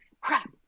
crap